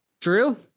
Drew